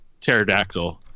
pterodactyl